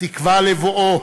התקווה לבואו,